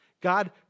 God